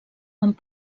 amb